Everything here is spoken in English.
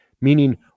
meaning